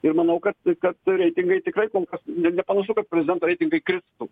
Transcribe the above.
ir manau kad kad reitingai tikrai kol ne nepanašu kad prezidento reitingai kristų